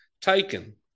taken